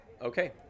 Okay